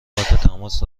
تماس